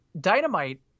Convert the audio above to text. Dynamite